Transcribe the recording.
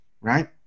right